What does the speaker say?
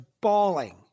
bawling